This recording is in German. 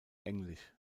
englisch